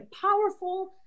powerful